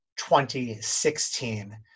2016